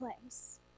place